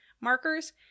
markers